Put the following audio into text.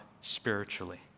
spiritually